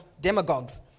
demagogues